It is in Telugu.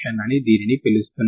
uttdx ని పొందుతారు సరేనా